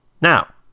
Now